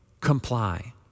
comply